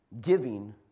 giving